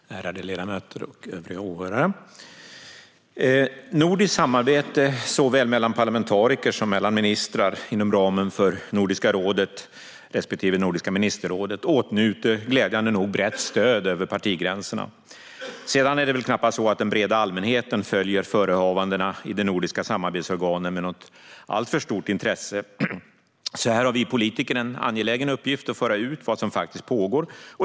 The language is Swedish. Fru talman, ärade ledamöter och övriga åhörare! Nordiskt samarbete såväl mellan parlamentariker som mellan ministrar, inom ramen för Nordiska rådet respektive Nordiska ministerrådet, åtnjuter glädjande nog brett stöd över partigränserna. Sedan är det väl knappast så att den breda allmänheten följer förehavandena i de nordiska samarbetsorganen med något alltför stort intresse, så här har vi politiker en angelägen uppgift att föra ut vad som faktiskt pågår.